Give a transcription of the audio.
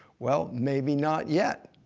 well, maybe not yet.